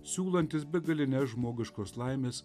siūlantis begalines žmogiškos laimės